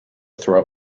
throw